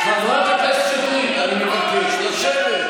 חברת הכנסת שטרית, אני מבקש לשבת.